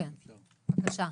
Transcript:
כן בבקשה.